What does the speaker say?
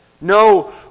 No